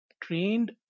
trained